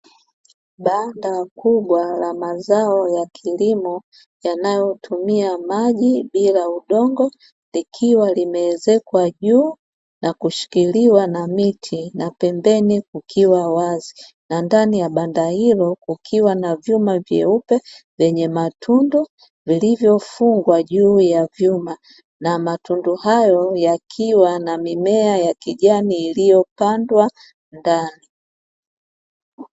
Banda kubwa la mazao ya kilimo yanayotumia maji bila udongo, likiwa limeezekwa juu na kushikiliwa na miti na pembeni kuwa wazi, na ndani ya banda hilo kukiwa na vyuma vyeupe vyenye matundu vilivyofungwa juu ya vyuma na matundu hayo yakiwa na mimea ya kijani iliyopandwa ndani.